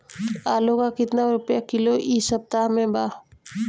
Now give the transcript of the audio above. आलू का कितना रुपया किलो इह सपतह में बा?